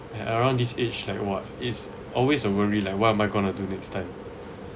and around this age like what is always a worry like what am I gonna do next time